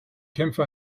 kämpfe